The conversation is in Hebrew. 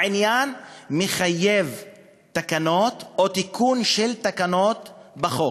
העניין מחייב תקנות, או תיקון של תקנות, חוק.